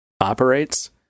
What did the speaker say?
operates